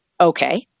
Okay